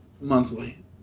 monthly